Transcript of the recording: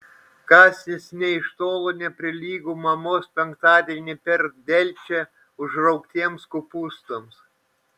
kąsnis nė iš tolo neprilygo mamos penktadienį per delčią užraugtiems kopūstams